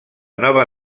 nova